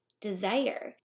desire